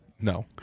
No